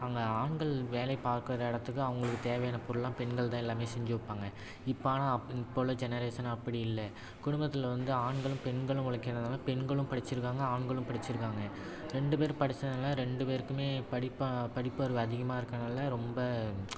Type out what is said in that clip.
அங்கே ஆண்கள் வேலை பார்க்குற இடத்துக்கு அவர்களுக்கு தேவையான பொருளெலாம் பெண்கள் தான் எல்லாமே செஞ்சு வைப்பாங்க இப்போ ஆனால் அப் இப்போ உள்ள ஜெனரேசன் அப்படி இல்லை குடும்பத்தில் வந்து ஆண்களும் பெண்களும் உழைக்கறதனால பெண்களும் படிச்சுருக்காங்க ஆண்களும் படிச்சுருக்காங்க ரெண்டு பேரும் படிச்சனால் ரெண்டு பேருக்குமே படிப்பாக படிப்பறிவு அதிகமாக இருக்கனால் ரொம்ப